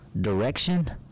direction